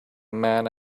man